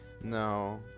no